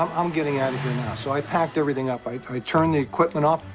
i'm getting out of here now. so i packed everything up, i i turned the equipment off,